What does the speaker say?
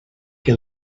que